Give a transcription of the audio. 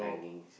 hanging